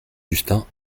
justin